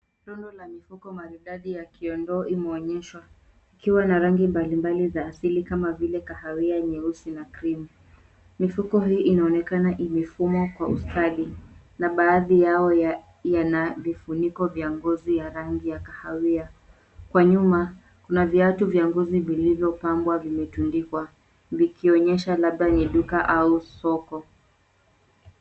Rundo la mifuko maridadi la kiondo imeonyeshwa. Ikiwa na rangi mbalimbali ya asili kama vile kahawia, nyeusi na cream . Mifuko hii inaonekana imefumwa kwa ustadi na baadhi yao yana vifuniko vya ngozi ya rangi ya kahawia. Kwa nyuma, kuna viatu vya ngozi vilivyopangwa vimetundikwa, vikionyesha labda ni duka au soko.